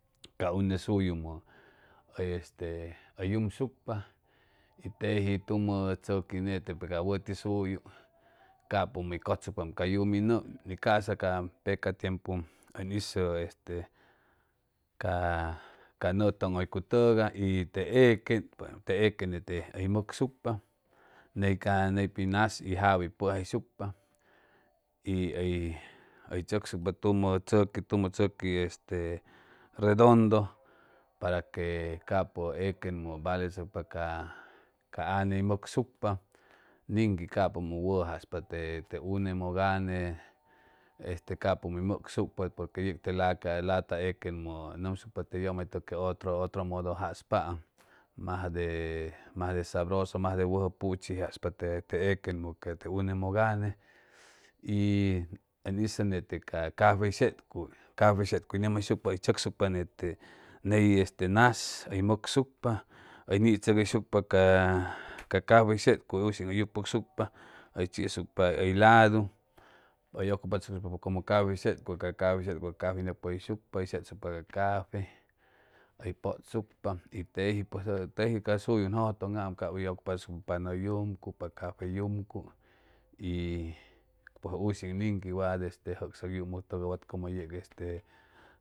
Ca une suyumʉ este hʉy yumsucpa y teji tumʉ tzʉqui nete pe cap wʉti suyu capʉmʉy hʉy cʉtsucpam cay yumi nʉʉ ca'sa ca peca tiempu ʉn hizʉ este ca ca nʉʉ tʉŋhʉycuy tʉgay y te equen te equen nete hʉy mʉksucpa ney ca ney pi nas y jawe hʉy pʉjayshucpa y hʉy hʉy tzʉcsucpa tumʉ tzʉqui tumʉ tzʉqui este redondo para que capʉ equenmʉ valechʉcpa ca ca anne hʉy mʉksucpa niŋqui capʉmʉ wʉjʉ jaspa te te une mʉk anne este capʉmʉ hʉy mʉksucpa porque yec te lata equenmʉ nʉmsucpa te yʉmaytʉg que otro otro modo jaspaam majde majde sabroso majde wʉjʉ puchi jaspa te equenmʉ que te une mʉk anne y ʉn hizʉ nete ca cafey setcuy cafey setcuy nʉmjaysucpa hʉy tzʉcsucpa nete ney este nas hʉy mʉksucpa hʉy nitzʉgʉyshucpa ca ca cafey seycuy ushiŋ hʉy yucpʉysucpa hʉy chisucpa hʉy ladu hʉy ʉcupachʉcsucpa como cafey setcuy cafey setcuy cafey nʉcpʉgʉyshucpa hʉy setsucpa ca cafey hʉy pʉtsucpa y teji pues teji ca suyu ʉn jʉjʉtʉŋam cap hʉy ʉcupachʉcsucpa pa nʉʉ yumcuy pa cafey yumcuy y pʉj ushiŋ niqui wat este jʉgsʉk yumʉ todo wat como yeg este